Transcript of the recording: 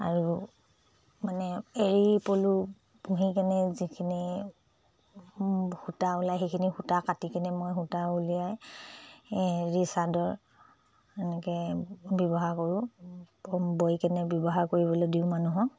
আৰু মানে এৰী পলু পুহি কেনে যিখিনি সূতা ওলাই সেইখিনি সূতা কাটি কিনে মই সূতা উলিয়াই এৰী চাদৰ এনেকৈ ব্যৱহাৰ কৰোঁ বৈ কেনে ব্যৱহাৰ কৰিবলৈ দিওঁ মানুহক